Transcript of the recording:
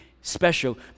special